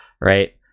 right